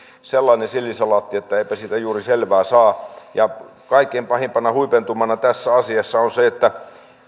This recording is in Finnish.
sellainen sillisalaatti että eipä siitä juuri selvää saa kaikkein pahimpana huipentumana tässä asiassa on se että